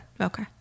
Okay